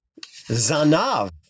zanav